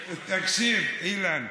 תקשיב, אילן,